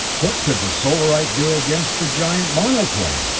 what could the solarite do against the giant monoplane?